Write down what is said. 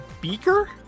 beaker